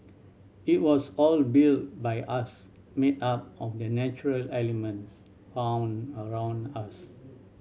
it was all built by us made up of the natural elements found around us